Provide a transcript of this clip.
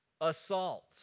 assault